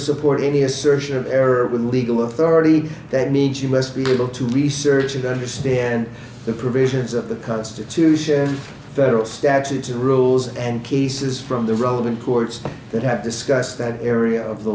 support any assertion of error with legal authority that means you must be able to research and understand the provisions of the constitution federal statutes and rules and cases from the relevant courts that have discussed that area of the